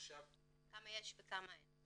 --- כמה יש וכמה אין.